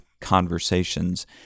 conversations